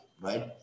right